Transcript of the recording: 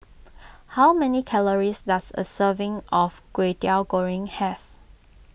how many calories does a serving of Kwetiau Goreng have